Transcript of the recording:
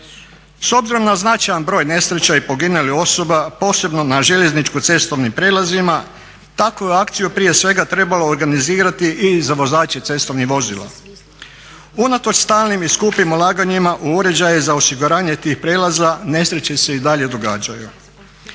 S obzirom na značajan broj nesreća i poginulih osoba posebno na željezničko-cestovnim prijelazima takvu je akciju prije svega trebalo organizirati i za vozače cestovnih vozila. Unatoč stalnim i skupim ulaganjima u uređaje za osiguranje tih prijelaza nesreće se i dalje događaju.